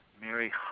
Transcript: Mary